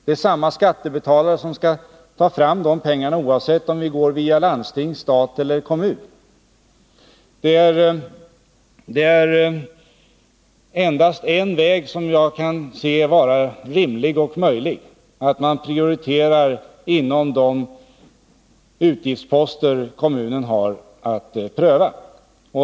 Det är samma skattebetalare som skall ta fram de pengarna oavsett om vi går via landsting, stat eller kommun. Det är endast en väg jag kan se vara rimlig och möjlig, nämligen att prioritera inom de utgiftsposter kommunen har att pröva.